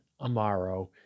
Amaro